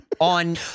on